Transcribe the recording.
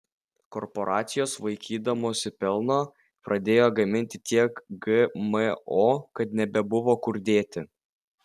korporacijos vaikydamosi pelno pradėjo gaminti tiek gmo kad nebebuvo kur dėti